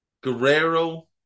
Guerrero